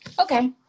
Okay